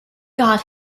got